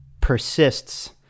persists